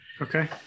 okay